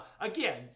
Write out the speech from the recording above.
Again